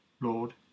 Lord